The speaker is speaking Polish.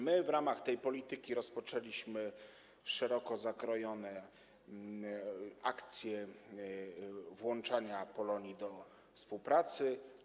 My w ramach tej polityki rozpoczęliśmy szeroko zakrojone akcje włączania Polonii do współpracy.